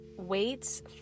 Waits